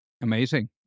Amazing